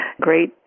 Great